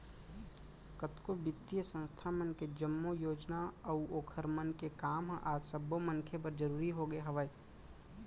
कतको बित्तीय संस्था मन के जम्मो योजना अऊ ओखर मन के काम ह आज सब्बो मनखे बर जरुरी होगे हवय